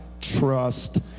trust